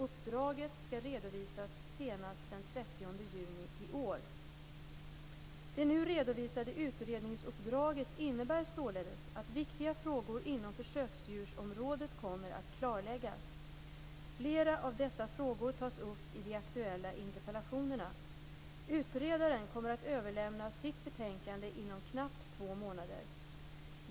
Uppdraget skall redovisas senast den 30 juni i år. Det nu redovisade utredningsuppdraget innebär således att viktiga frågor inom försöksdjursområdet kommer att klarläggas. Flera av dessa frågor tas upp i de aktuella interpellationerna. Utredaren kommer att överlämna sitt betänkande inom knappt två månader.